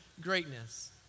greatness